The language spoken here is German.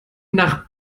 nach